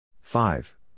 Five